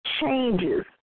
changes